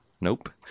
Nope